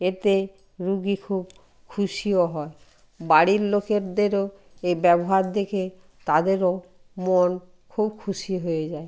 এতে রুগী খুব খুশিও হয় বাড়ির লোকেদেরও এ ব্যবহার দেখে তাদেরও মন খুব খুশি হয়ে যায়